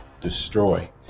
destroy